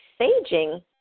Saging